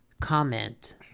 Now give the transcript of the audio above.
comment